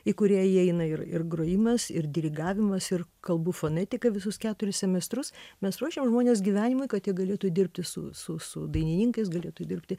į kurią įeina ir ir grojimas ir dirigavimas ir kalbų fonetika visus keturis semestrus mes ruošiam žmones gyvenimui kad jie galėtų dirbti su su su dainininkais galėtų dirbti